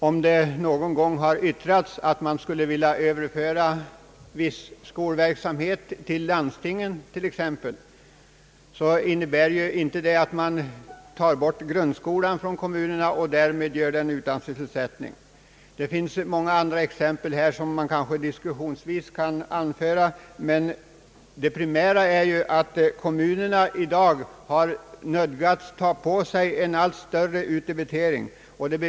Om det någon gång har yttrats att man skulle vilja överföra viss skolverksamhet till landstingen t.ex., innebär det inte att man tar bort grundskolan från kommunernas verksamhet och därmed ställer dem utan sysselsättning. Det finns många andra exempel som här kanske skulle kunna anföras i diskussionen, men det primära är ju att kommunerna i dag har nödgats ta på sig en allt större utdebitering.